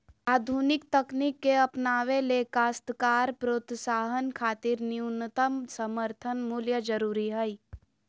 आधुनिक तकनीक के अपनावे ले काश्तकार प्रोत्साहन खातिर न्यूनतम समर्थन मूल्य जरूरी हई